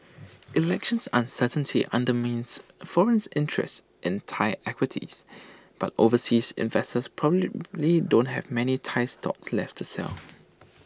elections uncertainty undermines foreign interest in Thai equities but overseas investors probably don't have many Thai stocks left to sell